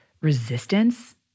resistance